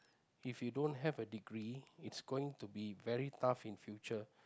if you don't have a degree it's going to be very tough in future